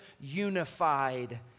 unified